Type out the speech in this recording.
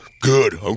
Good